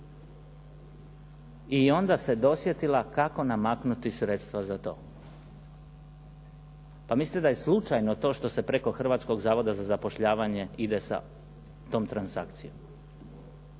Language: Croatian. I onda se dosjetila kako namaknuti sredstva za to. Pa mislite da je slučajno to što se preko Hrvatskog zavoda za zapošljavanje ide sa tom transakcijom?